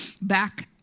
back